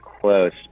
close